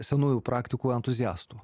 senųjų praktikų entuziastų